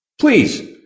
Please